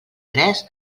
tres